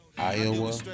Iowa